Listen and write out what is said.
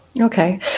Okay